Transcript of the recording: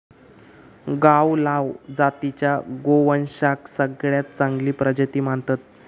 गावलाव जातीच्या गोवंशाक सगळ्यात चांगली प्रजाती मानतत